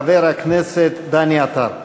חבר הכנסת דני עטר.